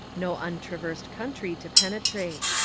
no untraversed country to pene trate.